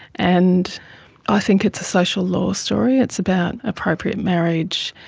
and i think it's a social law story, it's about appropriate marriage,